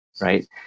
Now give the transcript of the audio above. right